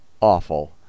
awful